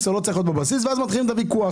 או לא צריך להיות בבסיס ואז מתחילים את הוויכוח.